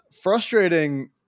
frustrating